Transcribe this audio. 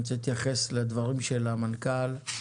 אני רוצה להתייחס לדברים של המנכ"ל.